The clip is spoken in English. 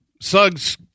Suggs